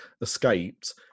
escaped